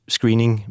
Screening